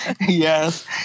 Yes